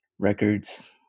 records